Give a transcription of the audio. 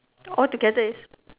altogether is